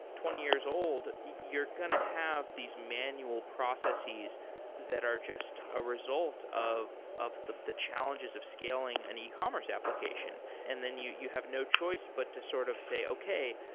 twenty years old, you're going to have these manual processes that are just a result of of the the challenges of scaling an ecommerce application. and then you you have no choice but to sort of say, okay,